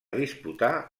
disputar